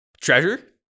treasure